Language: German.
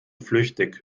flüchtig